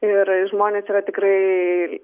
ir žmonės yra tikrai